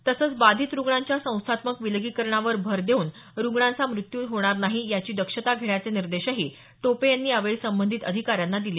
तसंच बाधित रुग्णांच्या संस्थात्मक विलगीकरणावर भर देऊन रुग्णांचा मृत्यू होणार नाही याची दक्षता घेण्याचे निर्देशही टोपे यांनी यावेळी संबंधित अधिकाऱ्यांना दिले